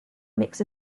mix